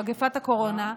מגפת הקורונה,